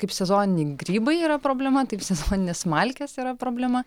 kaip sezoniniai grybai yra problema taip sezoninės smalkės yra problema